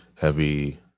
heavy